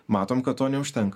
matom kad to neužtenka